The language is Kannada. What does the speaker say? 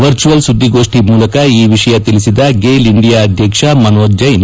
ವರ್ಚುವಲ್ ಸುದ್ದಿಗೋಷ್ತಿ ಮೂಲಕ ಈ ವಿಷಯ ತಿಳಿಸಿದ ಗೈಲ್ ಇಂಡಿಯಾ ಅಧ್ಯಕ್ಷ ಮನೋಜ್ ಜೈನ್